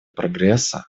прогресса